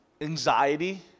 anxiety